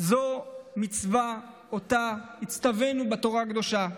זו מצווה שהצטווינו בתורה הקדושה,